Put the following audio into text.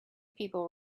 people